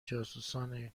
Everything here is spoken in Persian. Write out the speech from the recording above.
جاسوسان